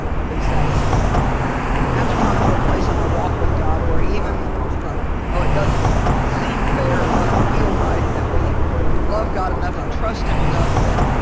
and be satisfied we have to come to a place in our walk with god where even though it doesn't seem fair it doesn't feel right that we love god enough and trust him enough that